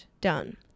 Done